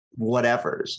whatevers